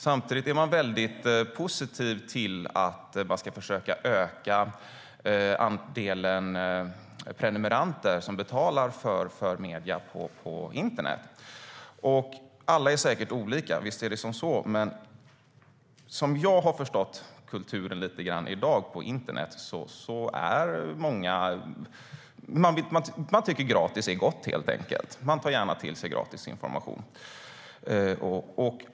Samtidigt är man väldigt positiv till att försöka öka andelen prenumeranter som betalar för medier på internet. Alla är säkert olika, visst är det så. Som jag har förstått kulturen lite grann i dag på internet tycker människor helt enkelt att gratis är gott. De tar gärna till sig gratis information.